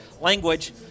language